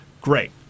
great